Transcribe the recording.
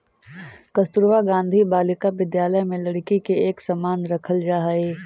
कस्तूरबा गांधी बालिका विद्यालय में लड़की के एक समान रखल जा हइ